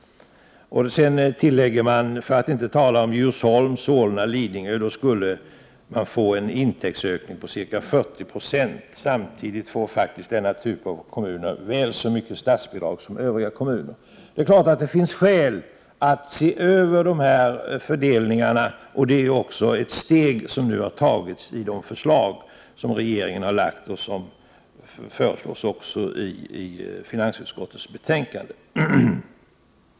Man tillägger: — för att inte tala om Djursholm, Solna, Lidingö. Hade vi samma skattekraft som de kommunerna skulle vi få en intäktsökning på ca 40 90. Samtidigt får faktiskt den typen av kommuner väl så mycket i statsbidrag som övriga kommuner. Det är klart att det finns skäl att se över den fördelningen. Det är också ett steg som nu har tagits i det förslag som regeringen lagt fram och som förordas i finansutskottets betänkande.